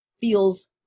feels